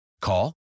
Call